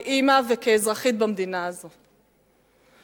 כאמא וכאזרחית במדינה הזאת,